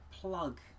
Plug